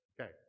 Okay